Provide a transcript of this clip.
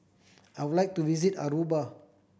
I would like to visit Aruba